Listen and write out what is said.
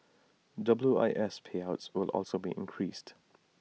W I S payouts will also be increased